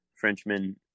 Frenchman